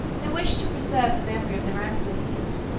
they wished to preserve the memory of their ancestors,